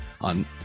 on